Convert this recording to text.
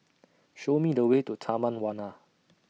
Show Me The Way to Taman Warna